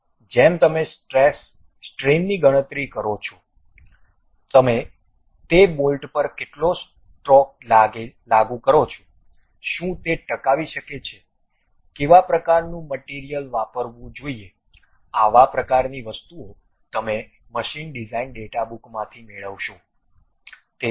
જેમ તમે સ્ટ્રેસ સ્ટ્રેઈનની ગણતરી કરો છો તમે તે બોલ્ટ પર કેટલો સ્ટોક લાગુ કરો છો શું તે ટકાવી શકે છે કેવા પ્રકારનું મટીરીયલ વાપરવું જોઈએ આવા પ્રકારની વસ્તુઓ તમે મશીન ડિઝાઇન ડેટા બુક માંથી મેળવશો